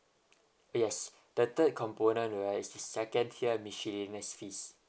yes the third component right is second tier miscellaneous fees